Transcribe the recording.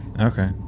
okay